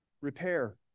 repair